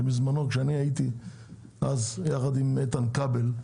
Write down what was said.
שבזמנו כשאני הייתי אז יחד עם איתן כבל,